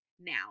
now